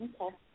Okay